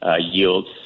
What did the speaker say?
yields